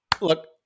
look